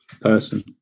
person